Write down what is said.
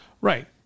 Right